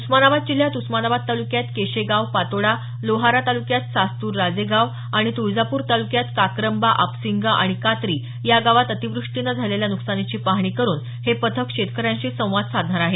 उस्मानाबाद जिल्हयात उस्मानाबाद तालुक्यात केशेगाव पातोडा लोहारा तालुक्यात सास्तूर राजेगाव आणि तुळजापूर तालुक्यात काकरंबा आपसिंगा आणि कातरी या गावात अतिवृष्टीने झालेल्या नुकसानीची पाहणी करुन हे पथक शेतकऱ्यांशी संवाद साधणार आहे